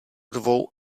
dvou